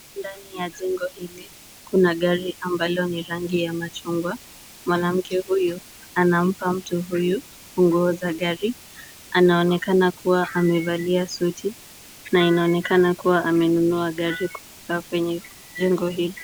Ndani ya jengo hili, kuna gari ambalo ni rangi ya machungwa. Mwanamke huyu anampa mtu huyu funguo za gari. Anaonekana kuwa amevalia suti na anaonekana kuwa amenunua gari kutoka kwenye jengo hii.